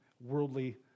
worldly